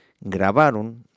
grabaron